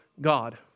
God